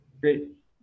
Great